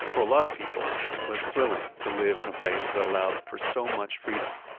for a lot of people, it was thrilling to live in a place that allowed for so much freedom